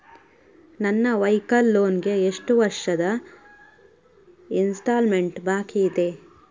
ನನ್ನ vehicle loan ಗೆ ಎಷ್ಟು ವರ್ಷದ ಇನ್ಸ್ಟಾಲ್ಮೆಂಟ್ ಬಾಕಿ ಇದೆ?